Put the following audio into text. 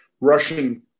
Russian